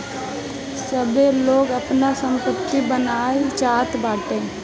सबै लोग आपन सम्पत्ति बनाए चाहत बाटे